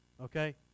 okay